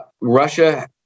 Russia